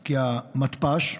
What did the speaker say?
כי המתפ"ש,